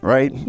Right